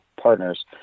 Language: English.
Partners